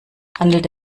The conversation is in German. handelt